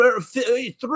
three